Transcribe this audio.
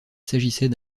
s’agissait